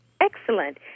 Excellent